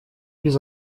без